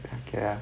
okay lah